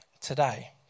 Today